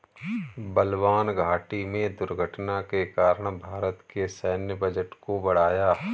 बलवान घाटी में दुर्घटना के कारण भारत के सैन्य बजट को बढ़ाया